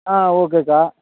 ஆ ஓகேக்கா